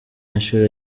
inshuro